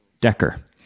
decker